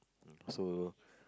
so